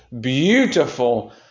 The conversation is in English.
beautiful